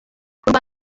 rwanda